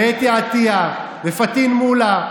ואתי עטייה ופטין מולא,